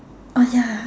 oh ya